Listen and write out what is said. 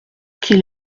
qu’il